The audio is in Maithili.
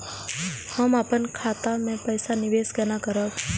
हम अपन खाता से पैसा निवेश केना करब?